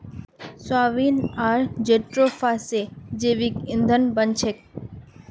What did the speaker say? soybean आर jatropha स जैविक ईंधन बन छेक